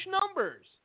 numbers